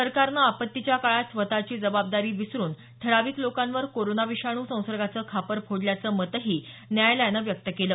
सरकारनं आपत्तीच्या काळात स्वतची जबाबदारी विसरुन ठराविक लोकांवर कोरोना विषाणू संसर्गाचं खापर फोडल्याचं मतही न्यायालयानं व्यक्त केलं